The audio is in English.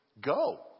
go